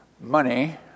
money